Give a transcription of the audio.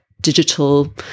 digital